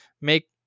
make